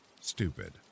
Stupid